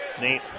Nate